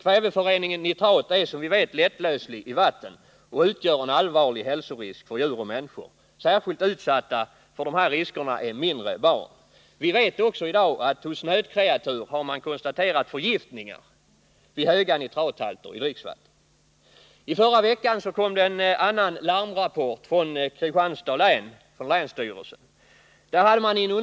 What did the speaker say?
Kväveföreningen nitrat är lättlöslig i vatten och utgör en allvarlig hälsorisk för djur och människor. Särskilt utsatta för dessa risker är mindre barn. Hos nötkreatur har man konstaterat förgiftningar vid höga halter av nitrat i dricksvattnet. Förra veckan kom en annan larmrapport från länsstyrelsen i Kristianstad.